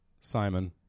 Simon